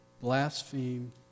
blaspheme